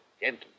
gentlemen